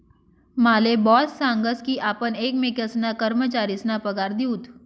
माले बॉस सांगस की आपण एकमेकेसना कर्मचारीसना पगार दिऊत